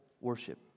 worship